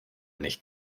nicht